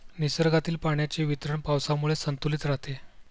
निसर्गातील पाण्याचे वितरण पावसामुळे संतुलित राहते